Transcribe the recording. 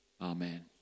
Amen